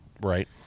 Right